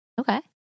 Okay